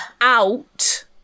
out